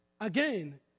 Again